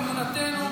אמונתנו,